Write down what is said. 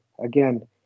again